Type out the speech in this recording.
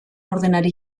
ordenari